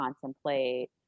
contemplate